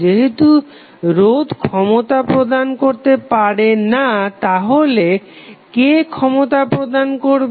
যেহেতু রোধ ক্ষমতা প্রদান করতে পারবে না তাহলে কে ক্ষমতা প্রদান করবে